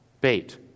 Bait